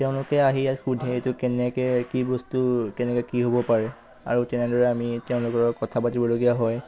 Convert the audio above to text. তেওঁলোকে আহি ইয়াত সুধে এইটো কেনেকৈ কি বস্তু কেনেকৈ কি হ'ব পাৰে আৰু তেনেদৰে আমি তেওঁলোকৰ লগত কথা পাতিবলগীয়া হয়